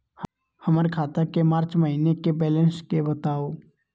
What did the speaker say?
हमर खाता के मार्च महीने के बैलेंस के बताऊ?